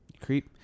creep